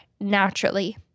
naturally